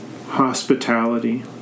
hospitality